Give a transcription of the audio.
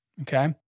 okay